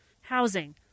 Housing